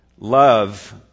love